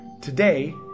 Today